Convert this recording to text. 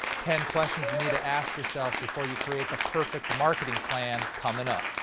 ten questions you need to ask yourself before you create the perfect marketing plan coming up.